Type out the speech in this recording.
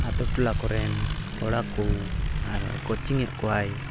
ᱟᱹᱛᱩ ᱴᱚᱞᱟ ᱠᱚᱨᱮᱱ ᱠᱚᱲᱟ ᱠᱚ ᱠᱳᱪᱤᱝᱮᱜ ᱠᱚᱣᱟᱭ